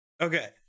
okay